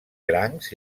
crancs